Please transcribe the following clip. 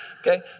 okay